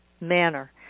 manner